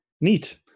Neat